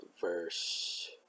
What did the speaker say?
verse